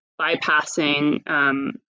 bypassing